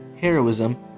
heroism